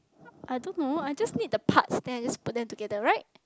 I don't know I just need the parts then I just put them together right